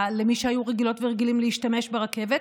למי שהיו רגילות ורגילים להשתמש ברכבת,